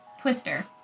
twister